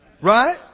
right